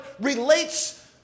relates